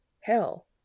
Hell